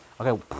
Okay